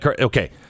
Okay